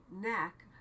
neck